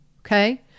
okay